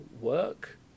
work